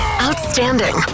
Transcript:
Outstanding